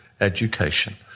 education